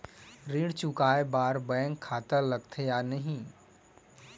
ऋण चुकाए बार बैंक खाता लगथे या नहीं लगाए?